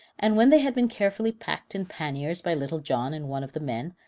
and when they had been carefully packed in panniers by little john and one of the men,